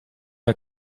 der